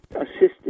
assisted